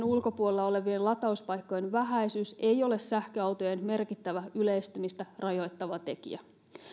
ulkopuolella olevien latauspaikkojen vähäisyys ei ole merkittävä sähköautojen yleistymistä rajoittava tekijä